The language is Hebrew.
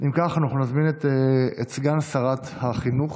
אם כך, אנחנו נזמין את סגן שרת החינוך